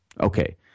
Okay